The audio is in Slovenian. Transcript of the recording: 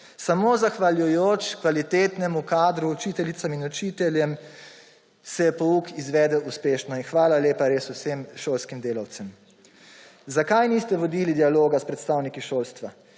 Samo zahvaljujoč kvalitetnemu kadru, učiteljicam in učiteljem se je pouk izvedel uspešno, in hvala lepa res vsem šolskim delavcem. Zakaj niste vodili dialoga s predstavniki šolstva?